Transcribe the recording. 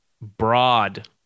broad